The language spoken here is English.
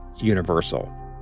universal